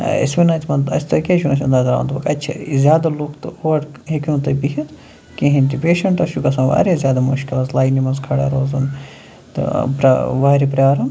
اَسہِ وَنیو تِمَن اَسہِ تۄہہِ کیٛازِ چھُ نہٕ اَسہِ اندَر ترٛاوان دوٚپُکھ اَتہِ چھِ زیادٕ لُکھ تہٕ اورٕ ہیٚکِو نہٕ تُہۍ بِہِتھ کِہیٖنۍ تہِ پیشَںٛٹَس چھُ گژھان واریاہ زیادٕ مُشکل لاینہِ منٛز کھَڑا روزُن تہٕ وارِ پرٛارُن